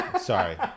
Sorry